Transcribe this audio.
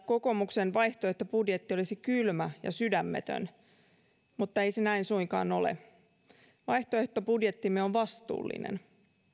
kokoomuksen vaihtoehtobudjetti olisi kylmä ja sydämetön mutta ei se näin suinkaan ole vaihtoehtobudjettimme on vastuullinen